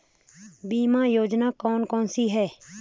बीमा योजना कौन कौनसी हैं?